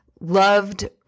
loved